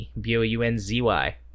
B-O-U-N-Z-Y